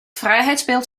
vrijheidsbeeld